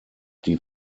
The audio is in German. die